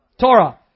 Torah